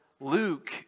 luke